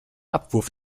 abwurf